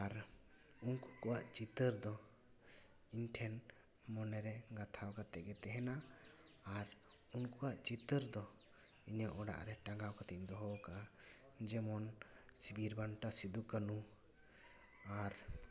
ᱟᱨ ᱩᱱᱠᱩ ᱠᱚᱣᱟᱜ ᱪᱤᱛᱟᱹᱨ ᱫᱚ ᱤᱧ ᱴᱷᱮᱱ ᱢᱚᱱᱮᱨᱮ ᱜᱟᱛᱟᱣ ᱠᱟᱛᱮᱜᱮ ᱛᱟᱦᱮᱱᱟ ᱟᱨ ᱩᱱᱠᱩᱭᱟᱜ ᱪᱤᱛᱟᱹᱨ ᱫᱚ ᱤᱧᱟᱹᱜ ᱚᱲᱟᱜ ᱨᱮ ᱴᱟᱜᱟᱣ ᱠᱟᱛᱮᱫ ᱤᱧ ᱫᱚᱦᱚ ᱟᱠᱟᱫᱟ ᱡᱮᱢᱚᱱ ᱵᱤᱨ ᱵᱟᱱᱴᱟ ᱥᱤᱫᱩ ᱠᱟᱹᱱᱩ ᱟᱨ